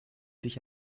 sich